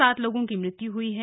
सात लोगों की मृत्यु हुई है